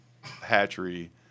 hatchery